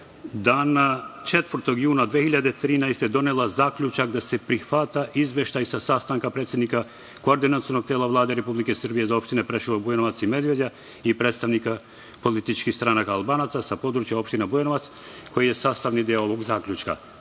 dana 4. juna 2013. godine donela zaključak da se prihvata izveštaj sa sastanka predsednika Koordinacionog tela Vlade Republike Srbije za opštine Preševo, Bujanovac i Medveđa i predstavnika političkih stranaka Albanaca sa područja opštine Bujanovac, koji je sastavni deo ovog zaključka.